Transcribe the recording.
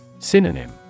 Synonym